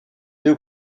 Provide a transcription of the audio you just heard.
deux